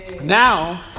Now